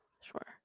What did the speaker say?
sure